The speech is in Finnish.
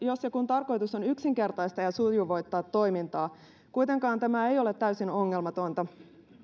jos ja kun tarkoitus on yksinkertaistaa ja sujuvoittaa toimintaa kuitenkaan tämä ei ole täysin ongelmatonta